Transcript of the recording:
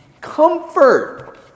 comfort